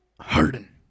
Harden